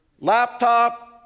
laptop